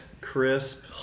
crisp